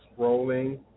scrolling